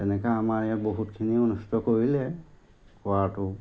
তেনেকৈ আমাৰ ইয়াত বহুতখিনি অনিষ্ট কৰিলে খোৱাটো